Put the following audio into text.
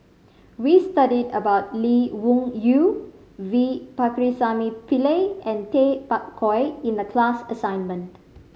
we studied about Lee Wung Yew V Pakirisamy Pillai and Tay Bak Koi in the class assignment